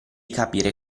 capire